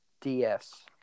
DS